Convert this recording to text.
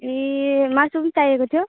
ए मासु पनि चाहिएको थियो